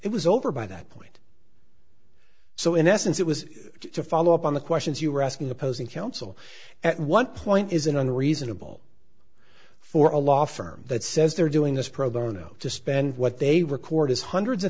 it was over by that point so in essence it was to follow up on the questions you were asking opposing counsel at one point is an unreasonable for a law firm that says they're doing this pro bono to spend what they record as hundreds of